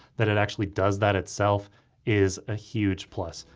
that it actually does that itself is a huge plus.